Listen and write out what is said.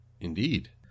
Indeed